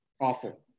Awful